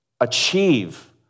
achieve